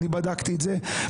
בדקתי את זה,